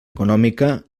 econòmica